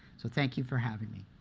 so thank you for having me.